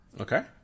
okay